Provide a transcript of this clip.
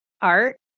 art